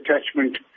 attachment